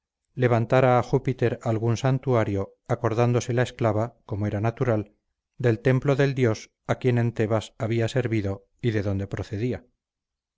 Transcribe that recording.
levantara a júpiter algún santuario acordándose la esclava como era natural del templo del dios a quien en tebas había servido y de donde procedía